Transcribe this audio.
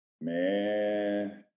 Man